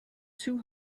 two